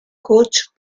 coach